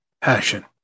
passion